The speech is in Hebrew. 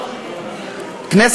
אדוני היושב-ראש,